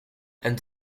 and